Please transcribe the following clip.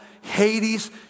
Hades